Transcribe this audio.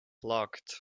locked